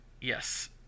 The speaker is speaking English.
yes